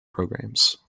programmes